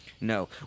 no